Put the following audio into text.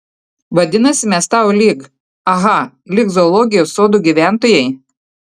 vadinasi mes tau lyg aha lyg zoologijos sodo gyventojai